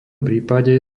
prípade